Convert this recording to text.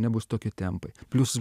nebus tokie tempai plius